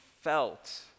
felt